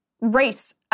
race